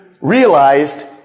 realized